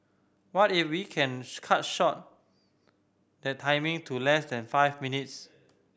what if we can cut short that timing to less than five minutes